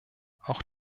auch